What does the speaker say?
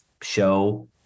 show